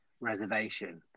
reservation